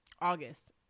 August